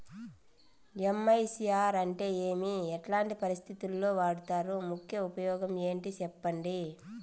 MICR అంటే ఏమి? ఎట్లాంటి పరిస్థితుల్లో వాడుతారు? ముఖ్య ఉపయోగం ఏంటి సెప్పండి?